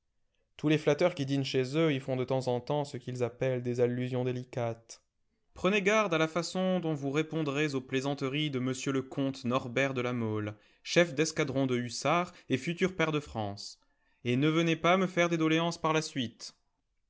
tous les flatteurs qui dînent chez eux y font de temps en temps ce qu'ils appellent des allusions délicates prenez garde à la façon dont vous répondrez aux plaisanteries de m le comte norbert de la mole chef d'escadron de hussards et futur pair de france et ne venez pas me faire des doléances par la suite